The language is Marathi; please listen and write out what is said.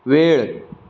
वेळ